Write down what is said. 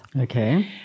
Okay